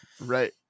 Right